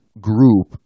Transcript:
group